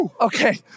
Okay